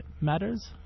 matters